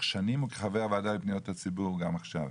שנים וכחבר בוועדה לפניות הציבור עכשיו.